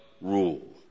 rule